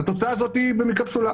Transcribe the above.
והתוצאה הזאת היא במקרה פסולה.